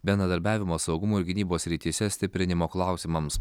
bendradarbiavimo saugumo ir gynybos srityse stiprinimo klausimams